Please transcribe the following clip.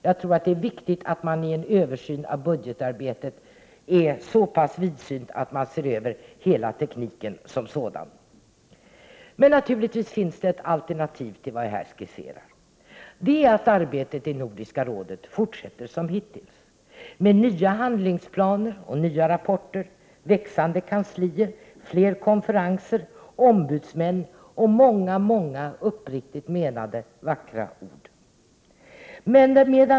Jag tror att det är viktigt att man i en översyn av budgetarbetet är så pass vidsynt att man ser över hela tekniken som sådan. Naturligtvis finns det ett alternativ till det jag har skisserat, dvs. att arbetet i Nordiska rådet fortsätter som hittills. Det blir i nya handlingsplaner och rapporter, växande kanslier och fler konferenser och ombudsmän och många uppriktigt menade vackra ord.